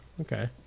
Okay